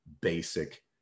basic